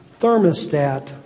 thermostat